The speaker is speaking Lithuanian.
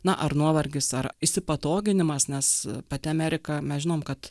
na ar nuovargis ar įsipatoginimas nes pati amerika mes žinom kad